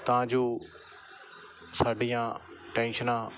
ਤਾਂ ਜੋ ਸਾਡੀਆਂ ਟੈਂਸ਼ਨਾਂ